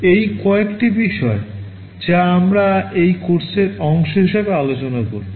এই কয়েকটি বিষয় যা আমরা এই কোর্সের অংশ হিসাবে আলোচনা করব